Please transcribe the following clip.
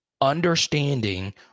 understanding